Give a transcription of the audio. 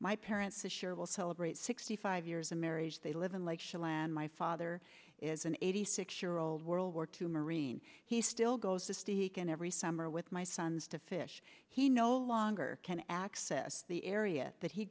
my parents sharable celebrate sixty five years of marriage they live in like shell and my father is an eighty six year old world war two marine he still goes to speak every summer with my sons to fish he no longer can access the area that he